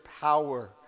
power